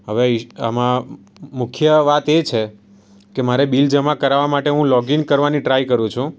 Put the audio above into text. હવે એ આમાં મુખ્ય વાત એ છે કે મારે બિલ જમા કરાવવા માટે હું લોગીન કરવાની ટ્રાય કરું છું